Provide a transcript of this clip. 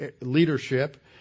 leadership